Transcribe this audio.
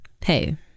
hey